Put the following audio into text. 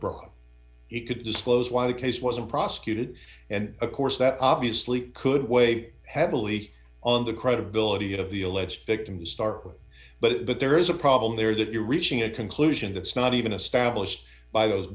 broke he could disclose why the case wasn't prosecuted and of course that obviously could weigh heavily on the credibility of the alleged victim to start with but there is a problem there that you're reaching a conclusion that's not even established by those